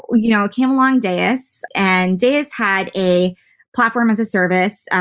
you know, came along deis and deis had a platform as a service,